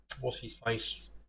what's-his-face